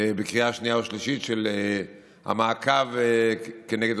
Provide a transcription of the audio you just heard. בקריאה שנייה ושלישית את החוק של המעקב כנגד